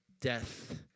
death